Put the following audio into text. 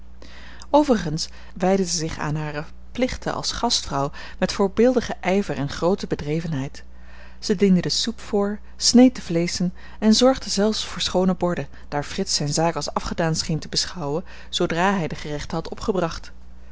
overigens wijdde zij zich aan hare plichten van gastvrouw met voorbeeldigen ijver en groote bedrevenheid zij diende de soep voor sneed de vleeschen en zorgde zelfs voor schoone borden daar frits zijn zaak als afgedaan scheen te beschouwen zoodra hij de gerechten had opgebracht